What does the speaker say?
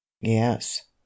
yes